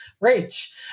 reach